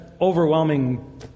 overwhelming